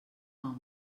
home